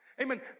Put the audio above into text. Amen